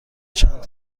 چند